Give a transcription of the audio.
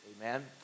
amen